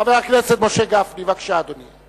חבר הכנסת משה גפני, בבקשה, אדוני.